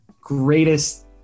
greatest